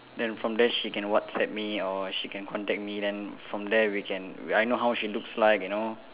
then from there she can WhatsApp me or she can contact me then from there we can I know how she looks like you know